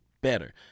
better